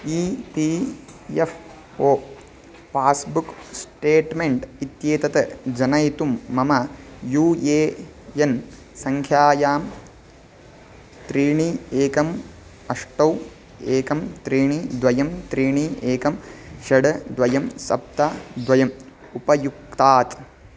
E P F O passbook statement इत्येतत् जनयितुं मम यू ए एन् सङ्ख्यायां त्रीणि एकम् अष्ट एकं त्रीणि द्वे त्रीणि एकं षट् द्वे सप्त द्वे उपयुङ्क्तात्